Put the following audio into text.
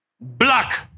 black